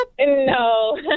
No